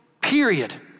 period